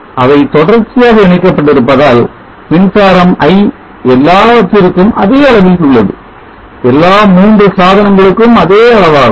அவை தொடர்ச்சியாக இணைக்கப்பட்டிருப்பதால் மின்சாரம் i எல்லாவற்றிற்கும் அதே அளவில் உள்ளது எல்லா மூன்று சாதனங்களுக்கும் அதே அளவாகும்